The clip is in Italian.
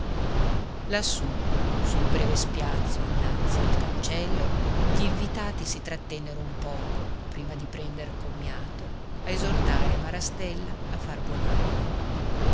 lassù sul breve spiazzo innanzi al cancello gl'invitati si trattennero un poco prima di prender commiato a esortare marastella a far buon animo